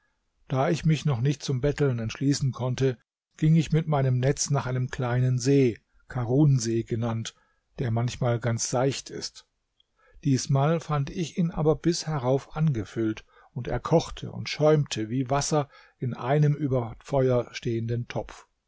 da ich mich noch nicht zum betteln entschließen konnte ging ich mit meinem netz nach einem kleinen see karunssee genannt der manchmal ganz seicht ist diesmal fand ich ihn aber bis herauf angefüllt und er kochte und schäumte wie wasser in einem über feuer stehenden topf